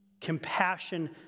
compassion